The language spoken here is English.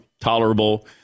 tolerable